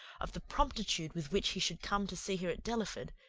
of the promptitude with which he should come to see her at delaford,